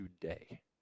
today